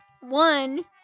One